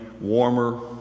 warmer